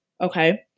Okay